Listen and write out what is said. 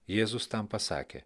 jėzus tam pasakė